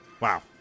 Wow